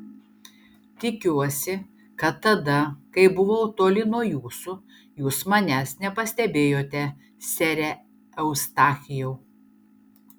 tikiuosi kad tada kai buvau toli nuo jūsų jūs manęs nepastebėjote sere eustachijau